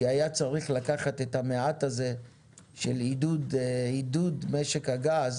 כי היה צריך לקחת את המעט הזה של עידוד משק הגז